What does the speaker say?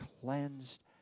cleansed